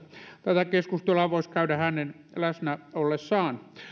tätä keskustelua voisi käydä hänen läsnä ollessaan